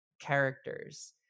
characters